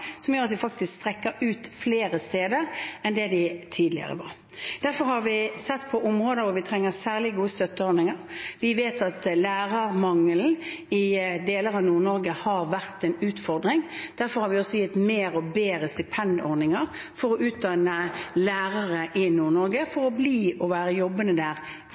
som gjør at vi faktisk strekker ut flere steder enn det de tidligere var. Derfor har vi sett på områder hvor vi trenger særlig gode støtteordninger. Vi vet at lærermangelen i deler av Nord-Norge har vært en utfordring. Derfor har vi også gitt mer og bedre stipendordninger for å utdanne lærere i Nord-Norge, for at de kan bli værende i jobbene der